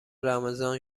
رمضان